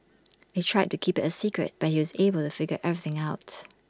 they tried to keep IT A secret but he was able to figure everything out